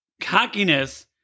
Cockiness